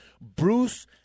Bruce